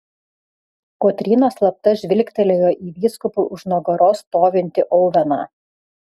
kotryna slapta žvilgtelėjo į vyskupui už nugaros stovintį oveną